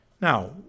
Now